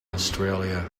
australia